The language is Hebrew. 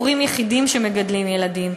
הורים יחידים שמגדלים ילדים,